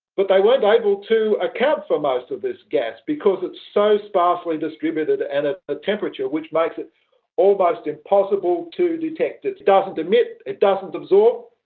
but they weren't able to account for most of this gas because it's so sparsely distributed and it's at a temperature which makes it almost impossible to detect. it doesn't emit, it doesn't absorb,